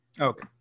Okay